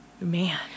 man